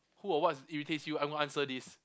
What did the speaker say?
who or what irritates you are you gonna answer this